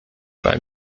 bei